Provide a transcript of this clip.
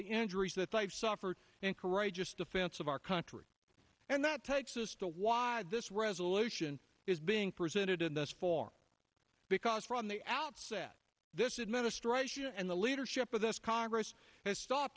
the injuries that they've suffered in courageous defense of our country and that takes us to why this resolution is being presented in this form because from the outset this administration and the leadership of this congress